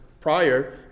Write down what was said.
prior